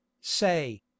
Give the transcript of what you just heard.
Say